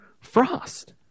frost